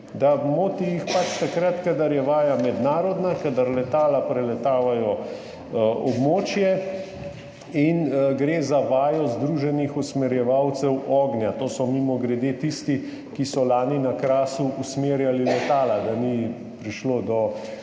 Moti jih pač takrat, kadar je vaja mednarodna, kadar letala preletavajo območje in gre za vajo združenih usmerjevalcev ognja. To so mimogrede tisti, ki so lani na Krasu usmerjali letala, da ni prišlo do